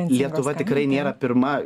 lietuva tikrai nėra pirma